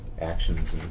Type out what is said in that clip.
actions